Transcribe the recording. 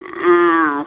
ஆ